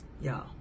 Y'all